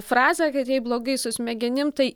frazę kad jei blogai su smegenim tai